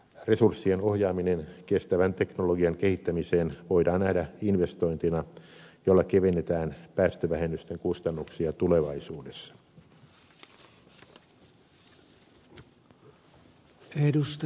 resurssien ohjaaminen kestävän teknologian kehittämiseen voidaan nähdä investointina jolla kevennetään päästövähennysten kustannuksia tulevaisuudessa